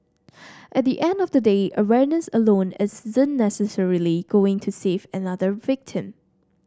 at the end of the day awareness alone isn't necessarily going to save another victim